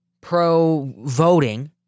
pro-voting